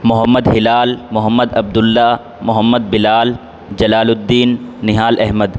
Muhammad Hilal Muhammad Abdullah Muhammad Bilal Jalaluddin Nihal Ahmad